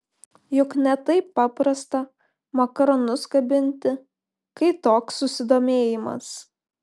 juk ne taip paprasta makaronus kabinti kai toks susidomėjimas